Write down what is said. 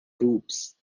groups